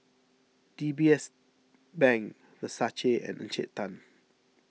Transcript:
D B S Bank Versace and Encik Tan